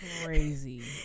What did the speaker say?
Crazy